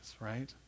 right